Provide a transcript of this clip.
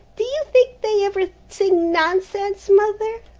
do you think they ever sing nonsense, mother?